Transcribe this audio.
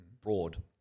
broad